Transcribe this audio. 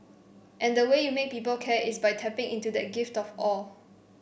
and the way you make people care is by tapping into that gift of awe